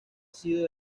sido